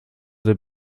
der